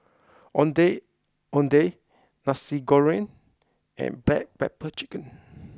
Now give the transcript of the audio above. Ondeh Ondeh Nasi Goreng and Black Pepper Chicken